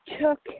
took